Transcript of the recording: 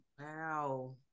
Wow